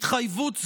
התחייבות זו,